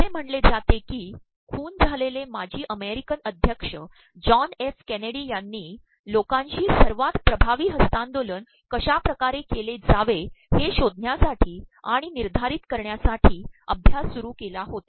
असे म्हिले जाते की खनू झालेले माजी अमेररकन अध्यक्ष जॉन एफ के नेडी यांनी लोकांशी सवायत िभावी हस्त्तांदोलन कश्यािकारे के ले जावे हे शोधण्यासाठी आणण तनधायररत करण्यासाठी अभ्यास सुरू के ला होता